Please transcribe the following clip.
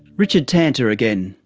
richard tanter again.